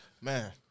Man